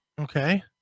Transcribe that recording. Okay